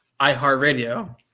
iHeartRadio